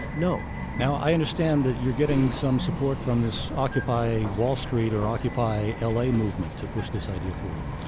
no now i understand that you're getting some support from this occupy wall street, or occupy l a, movement to push this idea forward?